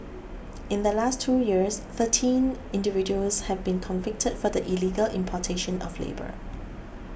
in the last two years thirteen individuals have been convicted for the illegal importation of labour